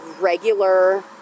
regular